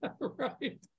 Right